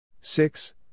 Six